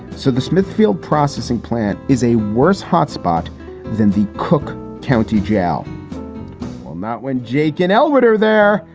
so the smithfield processing plant is a worse hotspot than the cook county jail well, not when jake and elwood are there.